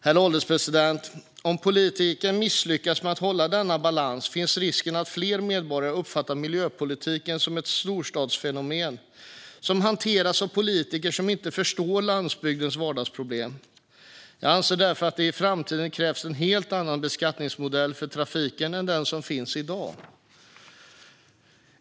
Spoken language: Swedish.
Herr ålderspresident! Om politiken misslyckas med att hålla denna balans finns risken att fler medborgare uppfattar miljöpolitiken som ett storstadsfenomen som hanteras av politiker som inte förstår landsbygdens vardagsproblem. Jag anser därför att det i framtiden krävs en helt annan beskattningsmodell för trafiken än den som finns i dag.